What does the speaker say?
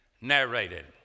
narrated